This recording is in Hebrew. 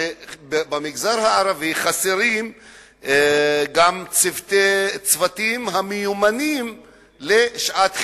במגזר הערבי חסרים גם צוותים המיומנים לשעת חירום.